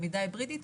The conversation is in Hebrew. למידה היברדית.